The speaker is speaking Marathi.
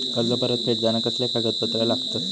कर्ज परत फेडताना कसले कागदपत्र लागतत?